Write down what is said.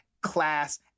class